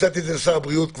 לשר הבריאות,